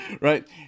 Right